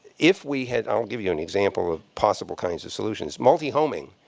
if we had i'll give you an example of possible kinds of solutions. multihoming,